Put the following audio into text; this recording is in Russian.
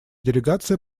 делегация